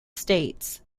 states